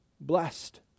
blessed